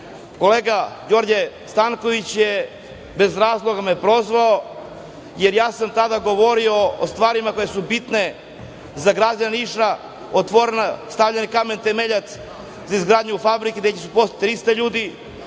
kolega Đorđe Stanković je bez razloga me je prozvao, jer ja sam tada govorio o stvarima koje su bitne za građane Niša, stavljen kamen temeljac za izgradnju fabrike gde će se zaposliti 300 ljudi,